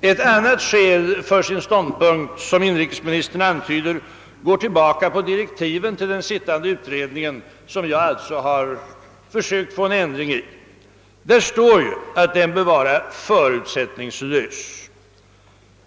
Ett annat skäl för sin ståndpunkt som inrikesministern antyder går tillbaka på direktiven till den pågående utredningen, vilka jag alltså sökt få en ändring i. Det står i dessa att utredningen bör vara förutsättningslös.